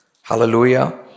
Hallelujah